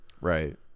right